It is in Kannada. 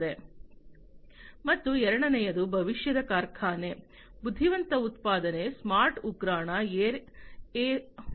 ಮತ್ತು ಎರಡನೆಯದು ಭವಿಷ್ಯದ ಕಾರ್ಖಾನೆ ಬುದ್ಧಿವಂತ ಉತ್ಪಾದನೆ ಸ್ಮಾರ್ಟ್ ಉಗ್ರಾಣ ಏರ್ ಎ ಸರ್ವಿಸ್